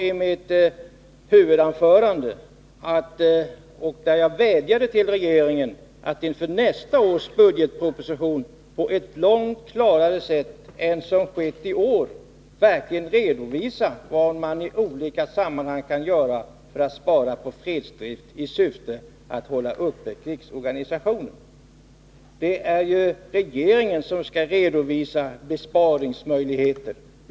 I mitt huvudanförande vädjade jag till regeringen att inför nästa års budgetproposition på ett långt klarare sätt än som skett i år redovisa vad man i olika sammanhang verkligen kan göra för att spara på fredsdriften i syfte att hålla uppe krigsorganisationen. Det är ju regeringen som skall redovisa besparingsmöjligheter.